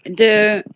and the.